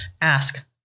ask